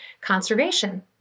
conservation